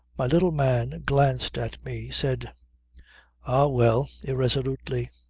my little man glanced at me, said ah! well, irresolutely.